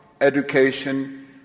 education